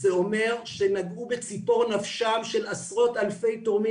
זה אומר שנגעו בציפור נפשם של עשרות אלפי תורמים,